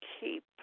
keep